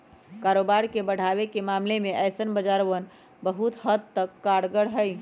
कारोबार के बढ़ावे के मामले में ऐसन बाजारवन बहुत हद तक कारगर हई